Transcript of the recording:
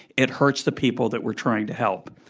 it hurts the people that we're trying to help.